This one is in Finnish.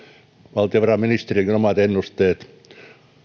valtiovarainministeriönkään omat ennusteet